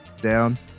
down